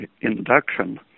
induction